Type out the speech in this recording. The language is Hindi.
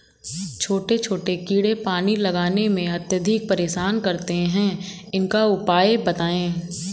छोटे छोटे कीड़े पानी लगाने में अत्याधिक परेशान करते हैं इनका उपाय बताएं?